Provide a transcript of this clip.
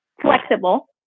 flexible